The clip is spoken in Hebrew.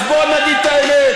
אז בוא נגיד את האמת,